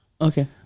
Okay